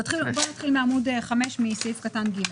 (ג)אחרי סעיף קטן (ג)